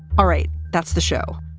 all right. that's the show.